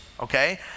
okay